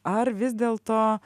ar vis dėlto